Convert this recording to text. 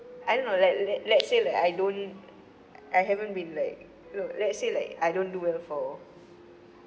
I don't know like let let's say like I don't I haven't been like no let's say like I don't do well for